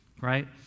right